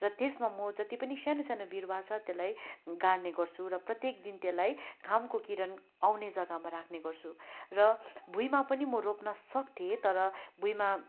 र त्यसमा मो जति पनि सानो सानो बिरुवा छ त्यसलाई गाँड्ने गर्छु र प्रत्येक दिन त्यसलाई घामको किरण आउने जग्गामा राख्ने गर्छु र भुइँमा पनि मो रोप्न सक्थेँ तर भुइँमा